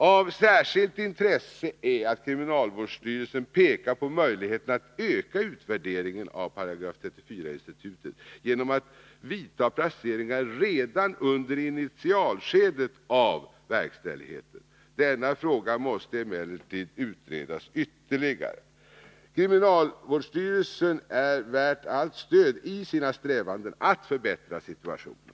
Av särskilt intresse är att kriminalvårdsstyrelsen pekar på möjligheten att öka utvärderingen av 34 §-institutet genom att vidta placeringar redan under initialskedet av verkställigheten. Denna fråga måste emellertid utredas ytterligare. Kriminalvårdsstyrelsen är värd allt stöd i sina strävanden att Nr 87 förbättra situationen.